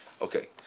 Okay